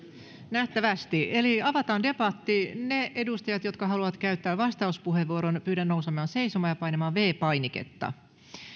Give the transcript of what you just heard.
nähtävästi eli avataan debatti niitä edustajia jotka haluavat käyttää vastauspuheenvuoron pyydän nousemaan seisomaan ja painamaan viides painiketta